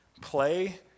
play